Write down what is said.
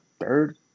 third